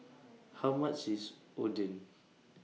How much IS Oden